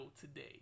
today